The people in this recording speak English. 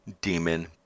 demon